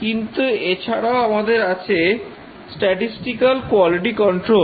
কিন্তু এছাড়াও আমাদের আছে স্ট্যাটিস্টিকাল কোয়ালিটি কন্ট্রোল